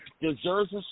deserves